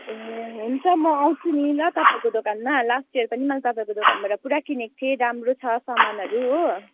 ए हुन्छ म आउँछु नि ल तपाईँको दोकानमा लास्ट इयर पनि मैले तपाईँको दोकानबाट पुरा किनेको थिएँ राम्रो छ सामानहरू हो